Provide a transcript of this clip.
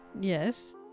yes